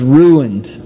ruined